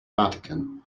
vatican